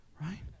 Right